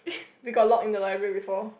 we got lock in the library before